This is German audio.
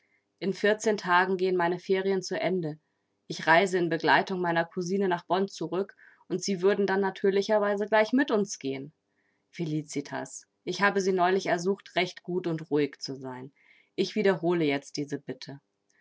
in vierzehn tagen gehen meine ferien zu ende ich reise in begleitung meiner kousine nach bonn zurück und sie würden dann natürlicherweise gleich mit uns gehen felicitas ich habe sie neulich ersucht recht gut und ruhig zu sein ich wiederhole jetzt diese bitte